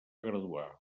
graduar